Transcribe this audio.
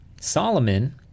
Solomon